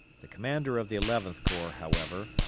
the commander of the eleventh corps, however,